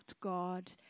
God